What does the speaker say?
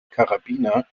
karabiner